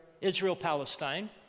Israel-Palestine